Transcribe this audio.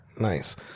nice